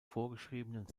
vorgeschriebenen